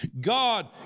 God